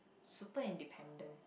super independent